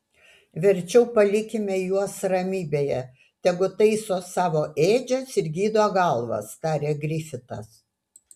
verčiau palikime juos ramybėje tegu taiso savo ėdžias ir gydo galvas tarė grifitas